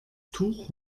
tuch